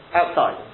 outside